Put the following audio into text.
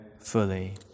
fully